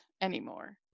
anymore